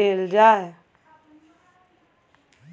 देल जाय?